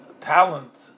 talent